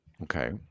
Okay